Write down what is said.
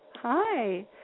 Hi